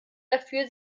dafür